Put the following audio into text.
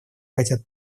хотят